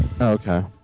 Okay